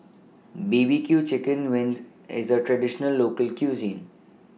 B B Q Chicken Wings IS A Traditional Local Cuisine